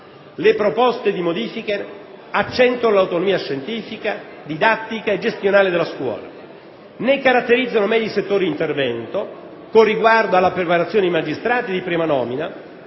le proposte di modifiche accentuano l'autonomia scientifica, didattica e gestionale della scuola, ne caratterizzano meglio i settori di intervento, con riguardo alla preparazione dei magistrati di prima nomina,